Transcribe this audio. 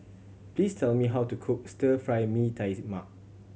please tell me how to cook Stir Fry Mee Tai Mak